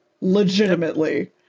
Legitimately